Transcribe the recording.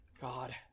god